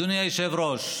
אדוני היושב-ראש,